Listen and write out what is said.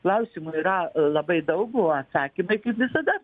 klausimų yra labai daug o atsakymai kaip visada